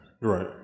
Right